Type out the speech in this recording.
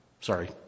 sorry